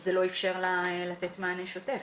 וזה לא אפשר לה לתת מענה שוטף.